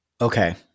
Okay